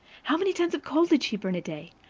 how many tons of coal did she burn a day?